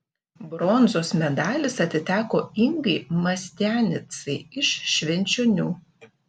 bronzos medalis atiteko ingai mastianicai iš švenčionių